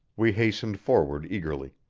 we hastened forward eagerly.